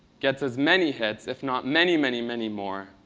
gets as many hits, if not many, many, many more,